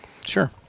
sure